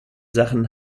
sachen